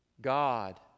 God